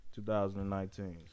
2019